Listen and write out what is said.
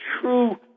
true